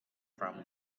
from